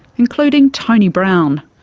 including tony brown.